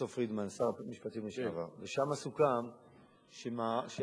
פרופסור פרידמן, שר המשפטים לשעבר.